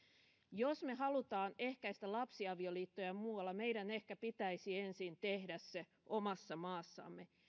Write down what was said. jos me haluamme ehkäistä lapsiavioliittoja muualla meidän ehkä pitäisi ensin tehdä se omassa maassamme